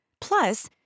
Plus